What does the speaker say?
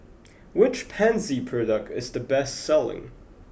which Pansy product is the best selling